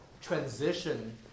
transition